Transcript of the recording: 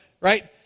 right